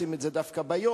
עושים את זה דווקא ביום.